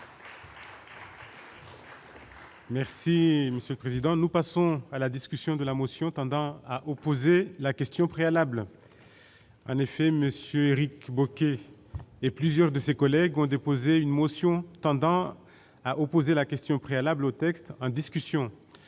monsieur le président, nous passons à la discussion de la motion tendant à opposer la question préalable en effet Monsieur Éric Bocquet et plusieurs de ses collègues ont déposé une motion tendant à opposer la question préalable au texte en discussion,